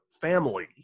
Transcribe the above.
family